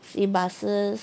see buses